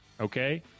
Okay